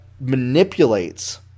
manipulates